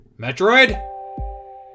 Metroid